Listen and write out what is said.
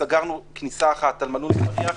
סגרנו כניסה אחת על מנעול בריח,